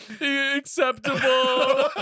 acceptable